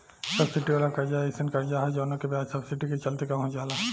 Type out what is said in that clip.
subsidy वाला कर्जा एयीसन कर्जा ह जवना के ब्याज सब्सिडी के चलते कम हो जाला